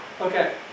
Okay